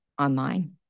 online